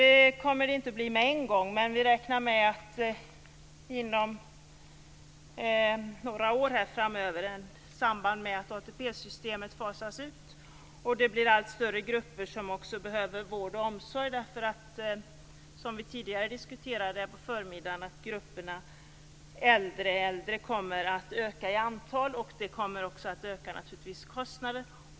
Det kommer inte att ske med en gång. Men vi räknar med det inom några år framöver, i samband med att ATP-systemet fasas ut och det blir allt större grupper som också behöver vård och omsorg. Som vi diskuterade på förmiddagen kommer grupperna äldreäldre att öka i antal. Det kommer naturligtvis också att öka kostnaden.